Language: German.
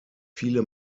viele